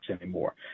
anymore